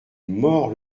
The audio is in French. mords